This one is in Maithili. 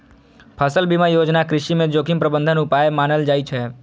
फसल बीमा योजना कृषि मे जोखिम प्रबंधन उपाय मानल जाइ छै